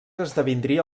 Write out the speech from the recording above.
esdevindria